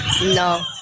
No